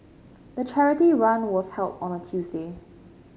the charity run was held on a Tuesday